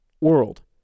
world